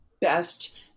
best